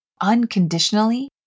unconditionally